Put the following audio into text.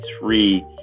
three